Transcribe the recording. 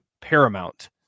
paramount